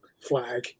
Flag